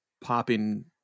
popping